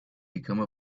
become